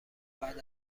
بعد